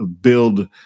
build